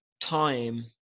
time